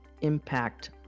impact